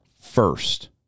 first